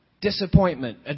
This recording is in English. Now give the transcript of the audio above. disappointment